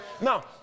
Now